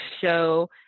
show